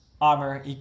armor